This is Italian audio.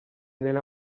nella